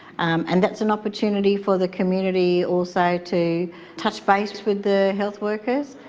and that's an opportunity for the community also to touch base with the health workers,